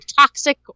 toxic